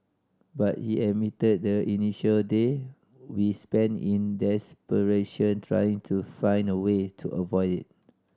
but he admitted the initial day we spent in desperation trying to find a way to avoid it